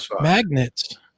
magnets